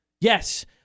Yes